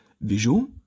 visual